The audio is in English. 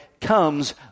comes